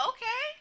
Okay